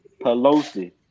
Pelosi